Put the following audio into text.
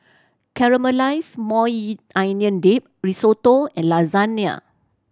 Caramelized Maui Onion Dip Risotto and Lasagne